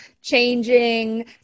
changing